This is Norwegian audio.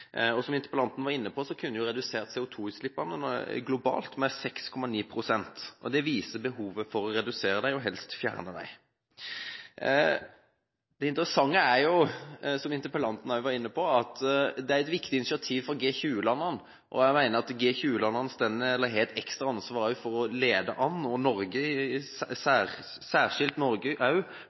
Som interpellanten var inne på, kunne en redusert CO2-utslippene globalt med 6,9 pst. Det viser behovet for å redusere dem og helst fjerne dem. Det interessante er, som interpellanten også var inne på, at det er et viktig initiativ fra G20-landene, og jeg mener at G20-landene har et ekstra ansvar for å lede an, og særskilt også Norge.